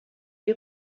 die